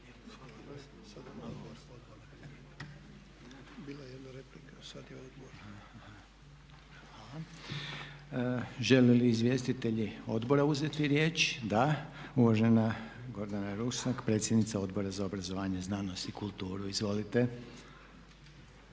Žele li izvjestitelji odbora uzeti riječ? Da. Uvažena Gordana Rusak, predsjednica Odbora za obrazovanje, znanost i kulturu. Izvolite.